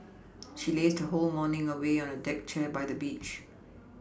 she lazed her whole morning away on a deck chair by the beach